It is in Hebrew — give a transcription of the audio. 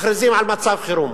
מכריזים על מצב חירום,